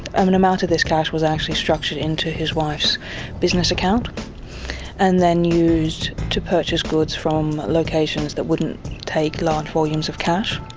um an amount of this cash was actually structured into his wife's business account and then used to purchase goods from locations that would not take large volumes of cash.